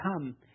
come